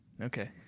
okay